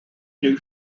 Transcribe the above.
new